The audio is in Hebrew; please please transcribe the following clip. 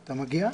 אתה מגיע?